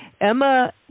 Emma